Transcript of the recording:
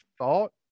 thought